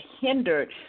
hindered